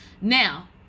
now